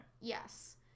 Yes